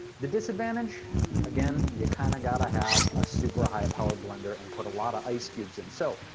the disadvantage again, you kind of got to have a super high powered blender and put a lot of ice cubes in. so,